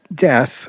death